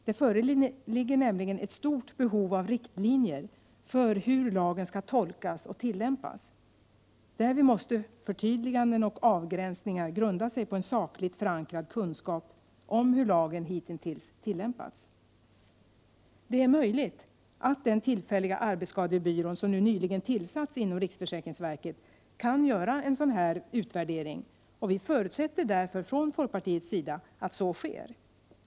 Det föreligger nämligen ett stort behov av riktlinjer för hur lagen skall tolkas och tillämpas. Därvid måste förtydliganden och avgränsningar kunna grunda sig på en sakligt förankrad kunskap om hur lagen hitintills tillämpats. Det är möjligt att den tillfälliga arbetsskadebyrån, som nyligen tillsatts inom riksförsäkringsverket, kan göra en sådan här utvärdering. Vi i folkpartiet förutsätter att så sker.